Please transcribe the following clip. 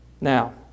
Now